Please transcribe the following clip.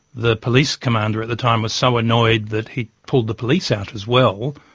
the police commander at the time was so annoyed that he pulled the police out as well,